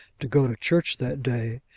to go to church that day,